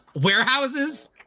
warehouses